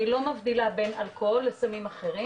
אני לא מבדילה בין אלכוהול לסמים אחרים,